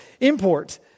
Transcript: import